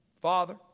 Father